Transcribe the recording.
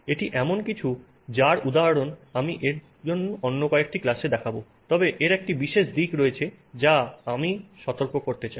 এটি এমন কিছু যার উদাহরণ আমি এর অন্য কয়েকটি ক্লাসে দেখাব তবে এর একটি বিশেষ দিক রয়েছে যা আমি আপনাকে সতর্ক করতে চাই